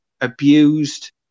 abused